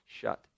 shut